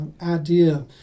idea